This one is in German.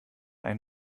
ein